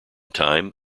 time